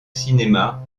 cinéma